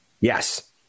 Yes